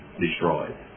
destroyed